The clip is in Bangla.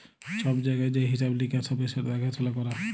ছব জায়গায় যে হিঁসাব লিকাস হ্যবে সেট দ্যাখাসুলা ক্যরা